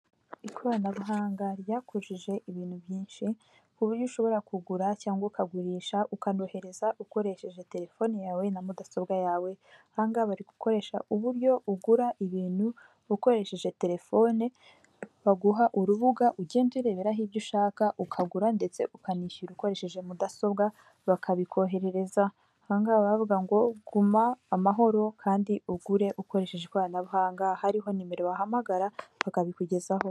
Ikoranabuhanga ryakujije ibintu byinshi ku buryo ushobora kugura cyangwa ukagurisha ukanohereza ukoresheje terefone yawe na mudasobwa yawe, aha ngaha bari gukoresha uburyo ugura ibintu ukoresheje terefone baguha urubuga ugenda ureberaho ibyo ushaka ukagura ndetse ukanishyura ukoresheje mudasobwa bakabikoherereza, aha ngaha baba bavuga ngo guma amahoro kandi ugure ukoresheje ikoranabuhanga hariho nimero wahamagara bakabikugezaho.